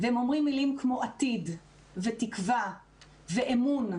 והם אומרים מילים כמו "עתיד" ו"תקווה" ו"אמון"